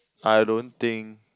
I don't think